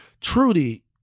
Trudy